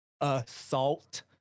Assault